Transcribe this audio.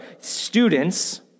students